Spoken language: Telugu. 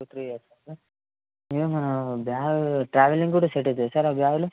టూ త్రీ ఇయర్స్ సార్ అది మన బ్యాగు ట్రావెలింగ్ కూడా సెట్ అవుతుందా సార్ బ్యాగులు